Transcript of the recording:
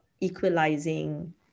equalizing